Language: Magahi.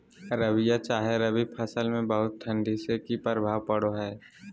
रबिया चाहे रवि फसल में बहुत ठंडी से की प्रभाव पड़ो है?